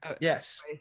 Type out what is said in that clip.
Yes